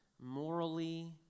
morally